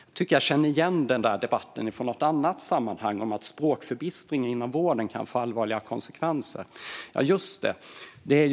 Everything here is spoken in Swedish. Jag tycker att jag känner igen debatten om att språkförbistring inom vården kan få allvarliga konsekvenser från något annat sammanhang.